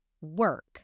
work